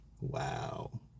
wow